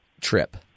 trip